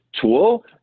tool